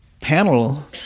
panel